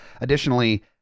Additionally